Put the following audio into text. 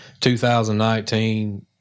2019